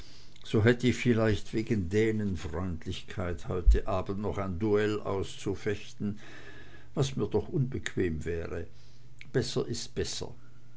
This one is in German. so hätt ich vielleicht wegen dänenfreundlichkeit heut abend noch ein duell auszufechten was mir doch unbequem wäre besser ist besser